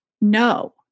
No